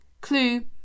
Clue